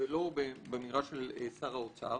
ולא במגרש של שר האוצר